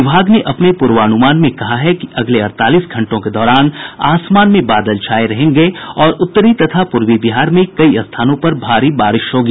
विभाग ने अपने पूर्वानुमान में कहा है कि अगले अड़तालीस घंटों के दौरान आसमान में बादल छाये रहेंगे और उत्तरी तथा पूर्वी बिहार में कई स्थानों पर भारी बारिश होगी